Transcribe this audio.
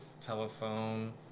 telephone